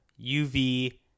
UV